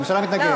הממשלה מתנגדת.